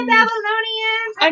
Babylonians